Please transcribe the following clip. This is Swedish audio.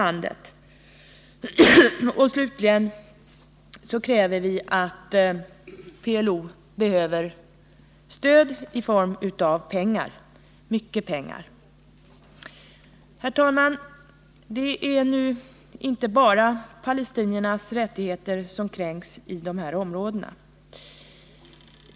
För det sjunde slutligen behöver PLO också stöd i form av pengar — mycket pengar. Herr talman! Inte bara palestiniernas rättigheter kränks i detta område.